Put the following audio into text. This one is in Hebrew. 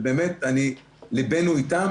ובאמת ליבנו איתם.